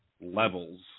levels